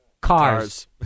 Cars